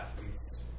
athletes